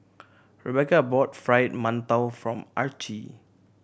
Rebeca brought Fried Mantou form Archie